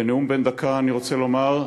בנאום בן דקה אני רוצה לומר: